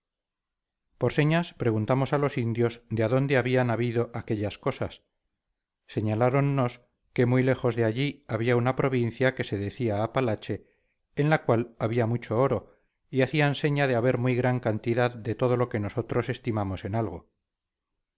por señas preguntamos a los indios de adónde habían habido aquellas cosas señaláronnos que muy lejos de allí había una provincia que se decía apalache en la cual había mucho oro y hacían seña de haber muy gran cantidad de todo lo que nosotros estimamos en algo